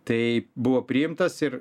tai buvo priimtas ir